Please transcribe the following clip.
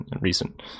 recent